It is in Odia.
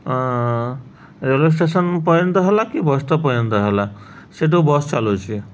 ରେଲୱେ ଷ୍ଟେସନ ପର୍ଯ୍ୟନ୍ତ ହେଲା କି ବସ୍ ଷ୍ଟପ୍ ପର୍ଯ୍ୟନ୍ତ ହେଲା ସେଠୁ ବସ୍ ଚାଲୁଛି